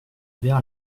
ouvert